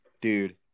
dude